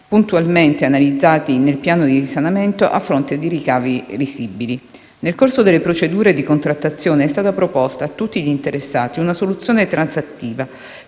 puntualmente analizzati nel piano di risanamento, a fronte di ricavi risibili. Nel corso delle procedure di contrattazione è stata proposta a tutti gli interessati una soluzione transattiva